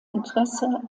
interesse